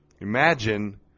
Imagine